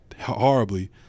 horribly